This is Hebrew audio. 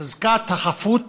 חזקת החפות